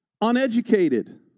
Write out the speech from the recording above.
uneducated